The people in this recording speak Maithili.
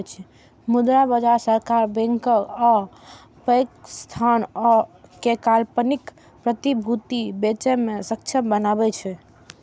मुद्रा बाजार सरकार, बैंक आ पैघ संस्थान कें अल्पकालिक प्रतिभूति बेचय मे सक्षम बनबै छै